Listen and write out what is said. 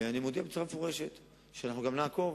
אני מודיע בצורה מפורשת שגם אנחנו נעקוב.